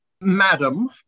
Madam